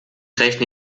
rechne